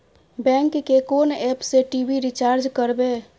Bank के कोन app से टी.वी रिचार्ज करबे?